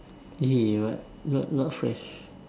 !ee! what not not fresh